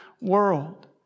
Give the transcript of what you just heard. world